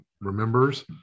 remembers